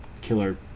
killer